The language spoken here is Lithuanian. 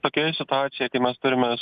tokioje situacijoj tai mes turime